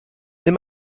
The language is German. nimm